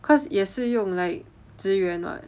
cause 也是用 like 资源 [what]